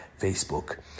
Facebook